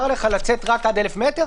לצאת רק עד 1,000 מטר,